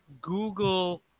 Google